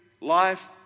life